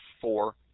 four